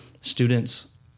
students